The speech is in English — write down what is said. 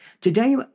Today